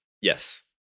Yes